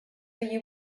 you